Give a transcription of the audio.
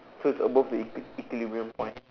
so it's above the equi~ equilibrium point